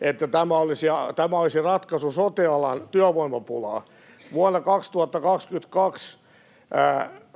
että tämä olisi ratkaisu sote-alan työvoimapulaan. Vuonna 2022